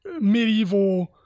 medieval